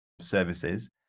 services